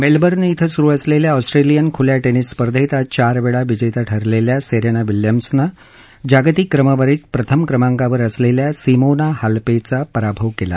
Melbourne शिं सुरु असलेल्या ऑस्ट्रेलियन खुल्या शिंमस स्पर्धेत आज चारवेळा विजेत्या ठरलेल्या सेरेना विलियम्सनं जागतिक क्रमवारीत प्रथम क्रमांकावर असलेल्या सिमोना हालेपचा पराभव केला